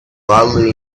wildly